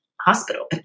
hospital